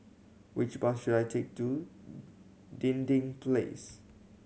which bus should I take to Dinding Place